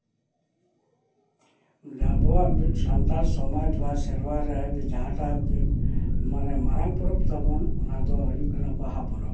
ᱟᱵᱚᱣᱟᱜ ᱥᱟᱱᱛᱟᱲ ᱥᱚᱢᱟᱡ ᱵᱟ ᱥᱮᱨᱣᱟ ᱨᱟᱭ ᱫᱚ ᱡᱟᱦᱟᱸᱴᱟᱜ ᱢᱟᱱᱮ ᱢᱟᱨᱟᱝ ᱯᱚᱨᱚᱵᱽ ᱛᱟᱵᱚᱱ ᱚᱱᱟ ᱫᱚ ᱩᱭᱩᱜ ᱠᱟᱱᱟ ᱵᱟᱦᱟ ᱯᱚᱨᱚᱵᱽ